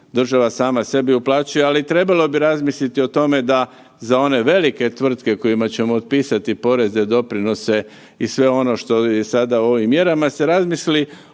država sama sebi uplaćuje ali trebalo bi razmisliti i o tome da za one velike tvrtke kojima ćemo otpisati poreze, doprinose i sve ono što je sada u ovim mjerama se razmisli